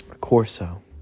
Corso